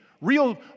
real